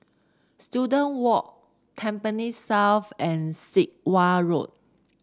Students Walk Tampines South and Sit Wah Road